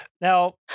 Now